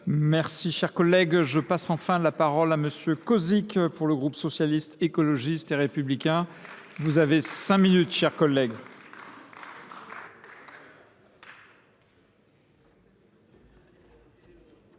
Merci, cher collègue. Je passe enfin la parole à monsieur Kozik pour le groupe socialiste, écologiste et républicain. Vous avez cinq minutes, cher collègue.